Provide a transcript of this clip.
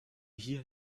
hier